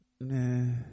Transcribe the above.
Nah